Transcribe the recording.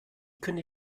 könnte